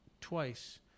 twice